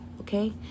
Okay